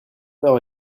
heures